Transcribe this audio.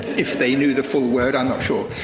if they knew the full word, i'm not sure.